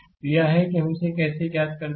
तो यह है कि हम इसे कैसे करते हैं